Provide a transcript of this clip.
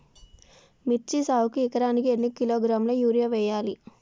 మిర్చి సాగుకు ఎకరానికి ఎన్ని కిలోగ్రాముల యూరియా వేయాలి?